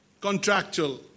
Contractual